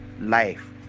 life